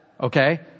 Okay